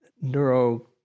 neuro